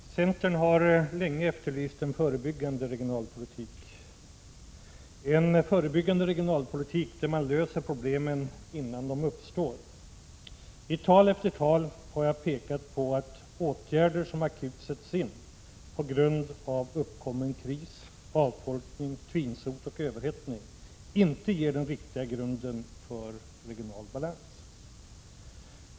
Herr talman! Centern har länge efterlyst en förebyggande regionalpolitik — en politik där man löser problemen innan de uppstår. I tal efter tal har jag pekat på att åtgärder som akut sätts in på grund av uppkommen kris, avfolkning, tvinsot och överhettning inte ger den riktiga grunden för regional balans.